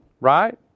right